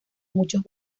muchos